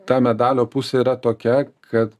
ta medalio pusė yra tokia kad